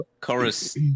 Chorus